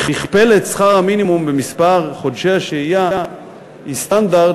מכפלת שכר המינימום במספר חודשי השהייה היא סטנדרט